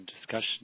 discussion